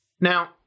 Now